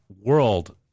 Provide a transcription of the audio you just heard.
world